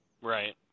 Right